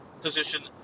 position